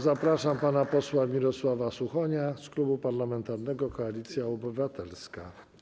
Zapraszam pana posła Mirosława Suchonia z Klubu Parlamentarnego Koalicja Obywatelska.